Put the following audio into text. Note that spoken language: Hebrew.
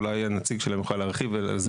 אולי הנציג שלהם יוכל להרחיב בנושא.